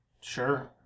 Sure